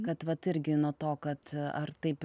kad vat irgi nuo to kad ar taip